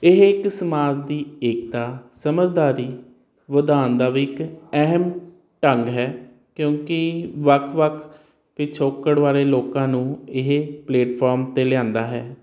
ਇਹ ਇੱਕ ਸਮਾਜ ਦੀ ਏਕਤਾ ਸਮਝਦਾਰੀ ਵਧਾਣ ਦਾ ਵੀ ਇਕ ਅਹਿਮ ਢੰਗ ਹੈ ਕਿਉਂਕਿ ਵੱਖ ਵੱਖ ਪਿਛੋਕੜ ਵਾਲੇ ਲੋਕਾਂ ਨੂੰ ਇਹ ਪਲੇਟਫਾਰਮ ਤੇ ਲਿਆਂਦਾ ਹੈ